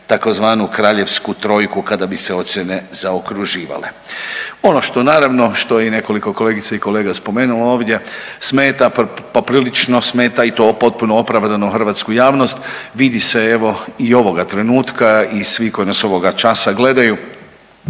tzv. kraljevsku trojku kada bi se ocjene zaokruživale. Ono što naravno, što je i nekoliko kolegica i kolega spomenulo ovdje smeta poprilično smeta i to potpuno opravdano hrvatsku javnost. Vidi se evo i ovoga trenutka i svi koji nas ovoga časa gledaju